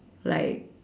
like